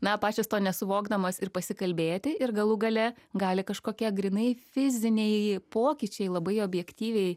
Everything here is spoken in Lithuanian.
na pačios to nesuvokdamos ir pasikalbėti ir galų gale gali kažkokie grynai fiziniai pokyčiai labai objektyviai